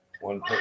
One